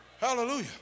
hallelujah